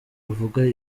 bavuga